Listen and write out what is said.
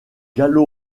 gallo